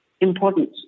important